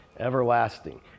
everlasting